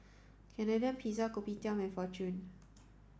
Canadian Pizza Kopitiam and Fortune